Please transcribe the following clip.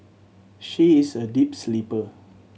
she is a deep sleeper